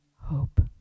hope